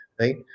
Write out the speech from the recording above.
right